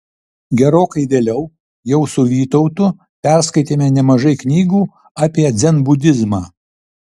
gerokai vėliau jau su vytautu perskaitėme nemažai knygų apie dzenbudizmą